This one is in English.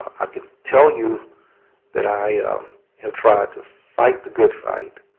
i can tell you that i have tried to fight the good fight,